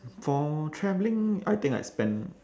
for travelling I think I spend